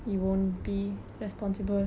oh உனக்கு ஞாபகம் இருக்கா:unakku ngabakam irukkaa